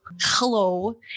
Hello